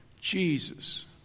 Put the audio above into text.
Jesus